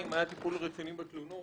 אם היה טיפול רציני בתלונות,